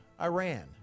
Iran